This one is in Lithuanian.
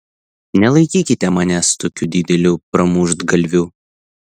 nelaikykite manęs tokiu dideliu pramuštgalviu